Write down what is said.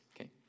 okay